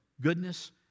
goodness